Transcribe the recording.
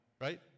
right